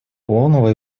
полного